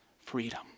freedom